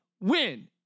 win